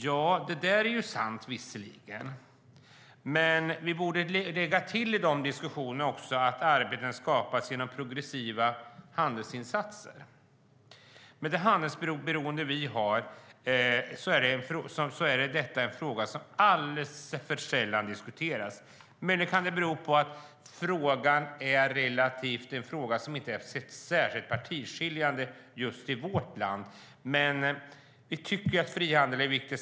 Ja, det är visserligen sant, men vi borde lägga till i de diskussionerna att arbeten också skapas genom progressiva handelsinsatser. Med tanke på det handelsberoende vi har är detta en fråga som diskuteras alldeles för sällan. Möjligen kan det bero på att frågan inte är särskilt partiskiljande just i vårt land. Vi tycker att frihandel är viktigt.